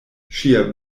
ŝia